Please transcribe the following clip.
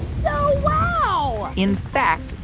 so wow in fact,